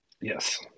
Yes